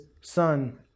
son